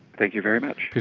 thank you very much.